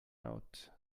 out